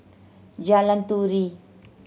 Jalan Turi